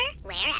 wherever